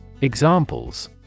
Examples